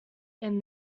from